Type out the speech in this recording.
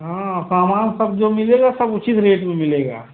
हाँ सामान सब जो मिलेगा सब उचित रेट में मिलेगा